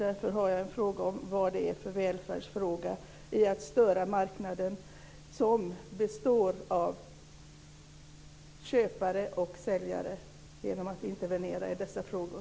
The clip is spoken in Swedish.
Därför undrar jag varför det är en välfärdsfråga att störa marknaden som består av köpare och säljare genom att intervenera i dessa frågor.